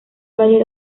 valle